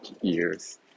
years